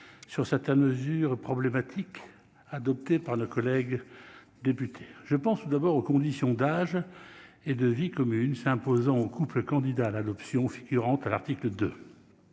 sur certaines mesures problématiques adoptées par nos collègues députés. Je pense tout d'abord aux conditions d'âge et de vie commune s'imposant aux couples candidats à l'adoption, figurant à l'article 2.